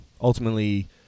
ultimately